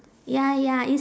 ya ya it's